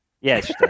Yes